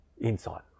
insight